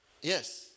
Yes